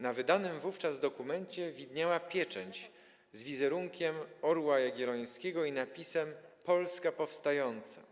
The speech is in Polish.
Na wydanym wówczas dokumencie widniała pieczęć z wizerunkiem orła jagiellońskiego i napisem „Polska powstająca”